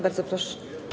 Bardzo proszę.